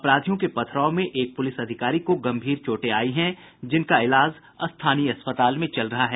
अपराधियों के पथराव में एक पुलिस अधिकारी को गंभीर चोटे आयी हैं जिनका इलाज स्थानीय अस्पताल में चल रहा है